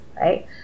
right